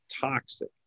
toxic